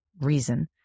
reason